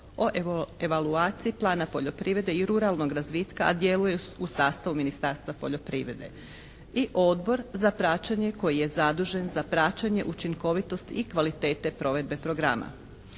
o evaluaciji plana poljoprivrede i ruralnog razvitka a djeluje u sastavu Ministarstva poljoprivrede. I Odbor za praćenje koji je zadužen za praćenje učinkovitosti i kvalitete provedbe programa.